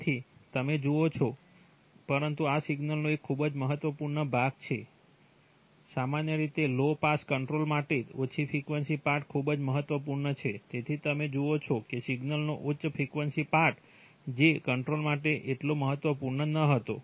તેથી તમે તે જુઓ છો પરંતુ આ સિગ્નલનો એક ખૂબ જ મહત્વપૂર્ણ ભાગ છે આ સામાન્ય રીતે લો પાસ કંટ્રોલ માટે ઓછી ફ્રિક્વન્સી પાર્ટ ખૂબ જ મહત્વપૂર્ણ છે તેથી તમે જુઓ છો કે સિગ્નલનો ઉચ્ચ ફ્રિક્વન્સી પાર્ટ જે કંટ્રોલ માટે એટલો મહત્વપૂર્ણ ન હતો